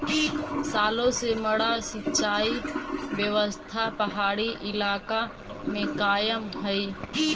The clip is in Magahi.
सालो से मड्डा सिंचाई व्यवस्था पहाड़ी इलाका में कायम हइ